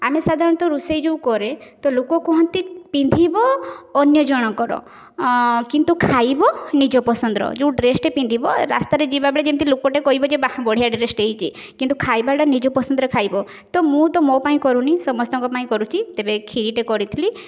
ଆମେ ସାଧାରଣତଃ ରୋଷେଇ ଯେଉଁ କରେ ତ ଲୋକ କୁହନ୍ତି ପିନ୍ଧିବ ଅନ୍ୟ ଜଣଙ୍କର କିନ୍ତୁ ଖାଇବ ନିଜ ପସନ୍ଦର ଯେଉଁ ଡ୍ରେସ୍ଟି ପିନ୍ଧିବ ରାସ୍ତାରେ ଯିବାବେଳେ ଯେମିତି ଲୋକଟେ କହିବ ଯେ ବାଃ ବଢ଼ିଆ ଡ୍ରେସ୍ଟେ ହେଇଛି କିନ୍ତୁ ଖାଇବାଟା ନିଜ ପସନ୍ଦର ଖାଇବ ତ ମୁଁ ତ ମୋ ପାଇଁ କରୁନି ସମସ୍ତଙ୍କ ପାଇଁ କରୁଛି ତେବେ କ୍ଷିରିଟେ କରିଥିଲି